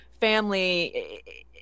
family